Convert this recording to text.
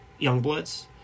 Youngbloods